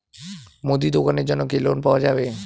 মুদি দোকানের জন্যে কি লোন পাওয়া যাবে?